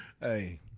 hey